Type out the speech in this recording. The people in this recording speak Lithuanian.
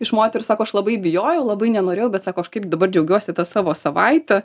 iš moterų sako aš labai bijojau labai nenorėjau bet sako aš kaip dabar džiaugiuosi ta savo savaite